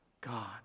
God